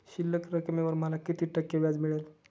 शिल्लक रकमेवर मला किती टक्के व्याज मिळेल?